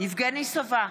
יבגני סובה,